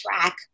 track